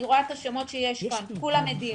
ואני רואה את השמות שיש כאן, כולם עדים